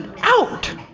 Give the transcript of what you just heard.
out